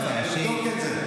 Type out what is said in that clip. תבדוק את זה.